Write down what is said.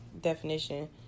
definition